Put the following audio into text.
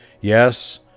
Yes